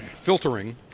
Filtering